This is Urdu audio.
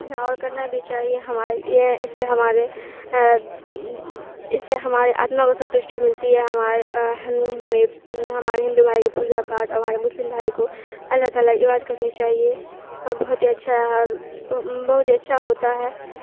اور کرنا بھی چاہیے ہمارے یہ اس سے ہمارے اس سے ہمارے آتما کو سنتوشٹی ملتی ہے ہمارے ہمیں ہمارے ہندو بھائی کو پوجا پاٹھ ہمارے مسلم بھائی کو اللہ تعالیٰ عبادت کرنی چاہیے اور بہت ہی اچھا ہے اور بہت ہی اچھا ہوتا ہے